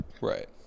Right